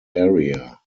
area